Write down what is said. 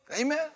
Amen